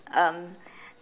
um